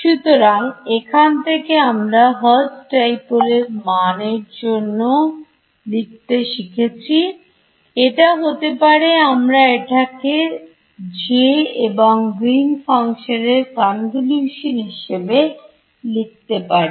সুতরাং এখান থেকে আমরা Hertz Dipole এর মান A এর জন্য লিখতে পারি এটা হতে পারে আমরা এটাকে যে এবং গ্রীন ফাংশন এর কনভলিউশন হিসেবে লিখতে পারি